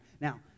Now